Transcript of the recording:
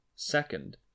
Second